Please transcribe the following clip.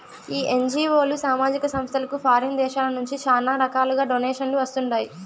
ఈ ఎన్జీఓలు, సామాజిక సంస్థలకు ఫారిన్ దేశాల నుంచి శానా రకాలుగా డొనేషన్లు వస్తండాయి